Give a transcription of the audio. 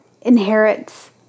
inherits